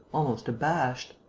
almost abashed.